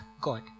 God